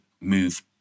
move